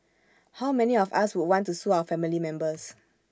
how many of us would want to sue our family members